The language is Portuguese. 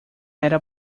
era